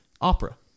opera